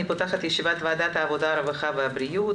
אני פותחת את ישיבת ועדת העבודה הרווחה והבריאות,